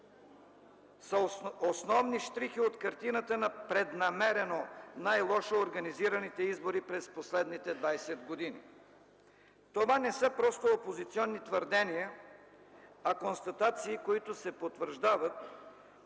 са основни щрихи от картината на преднамерено най-лошо организираните избори през последните 20 години. Това не са просто опозиционни твърдения, а констатации, които се потвърждават